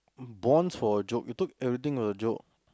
bonds for a joke you took everything as a joke